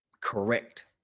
correct